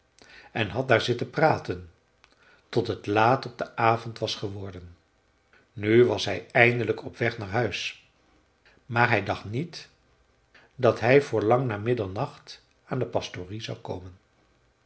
en had daar zitten praten tot het laat op den avond was geworden nu was hij eindelijk op weg naar huis maar hij dacht niet dat hij voor lang na middernacht aan de pastorie zou komen